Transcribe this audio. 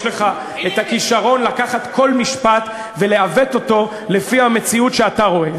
יש לך הכישרון לקחת כל משפט ולעוות אותו לפי המציאות שאתה רואה.